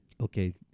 okay